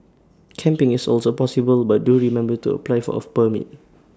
camping is also possible but do remember to apply of A permit